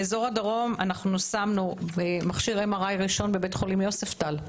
באזור הדרום אנחנו שמנו מכשיר MRI ראשון בבית החולים יוספטל.